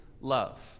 love